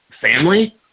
family